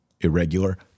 irregular